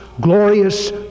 Glorious